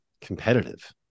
competitive